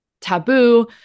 taboo